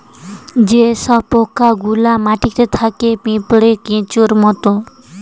যে সব পোকা গুলা মাটিতে থাকে পিঁপড়ে, কেঁচোর মত